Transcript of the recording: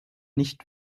nicht